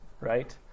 right